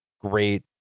great